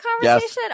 conversation